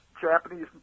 japanese